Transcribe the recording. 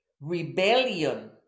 rebellion